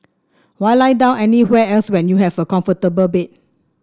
why lie down anywhere else when you have a comfortable bed